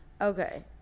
Okay